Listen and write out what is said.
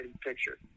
picture